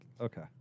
okay